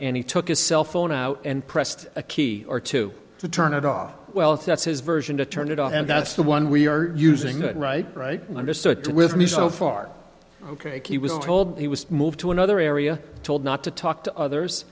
and he took a cell phone out and pressed a key or two to turn it off well if that's his version to turn it off and that's the one we're using it right right understood with me so far ok he was told he was moved to another area told not to talk to others